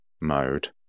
mode